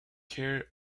care